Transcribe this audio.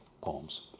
poems